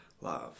love